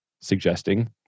suggesting